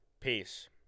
Peace